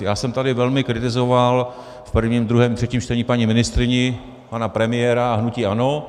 Já jsem tady velmi kritizoval v prvním, druhém, třetím čtení paní ministryni, pana premiéra a hnutí ANO.